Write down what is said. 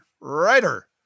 writer